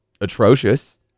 atrocious